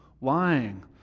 Lying